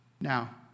Now